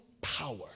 power